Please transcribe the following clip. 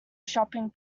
shopping